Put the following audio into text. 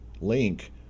link